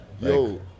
Yo